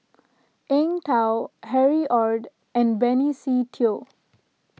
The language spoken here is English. Eng Tow Harry Ord and Benny Se Teo